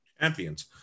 champions